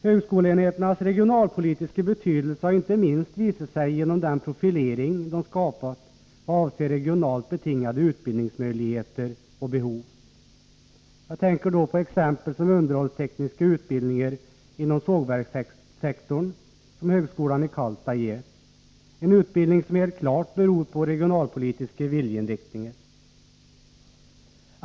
Högskoleenheternas regionalpolitiska betydelse har inte minst visat sig genom den profilering de skapat vad avser regionalt betingade utbildningsmöjligheter och behov. Jag tänker då på t.ex. underhållstekniska utbildningar inom sågverkssektorn som högskolan i Karlstad ger — en utbildning som helt klart beror på regionalpolitiska viljeinriktningar.